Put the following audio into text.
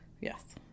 Yes